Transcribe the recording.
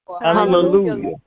Hallelujah